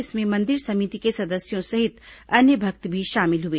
इसमें मंदिर समिति के सदस्यों सहित अन्य भक्त भी शामिल हुए